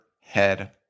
head